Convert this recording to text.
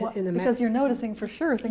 but and and because you're noticing for sure.